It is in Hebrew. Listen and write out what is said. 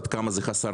עד כמה זה חסר